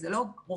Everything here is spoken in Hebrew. זה לא רוחבי.